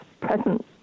present